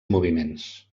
moviments